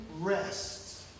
rest